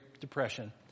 Depression